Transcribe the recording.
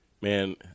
man